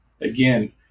again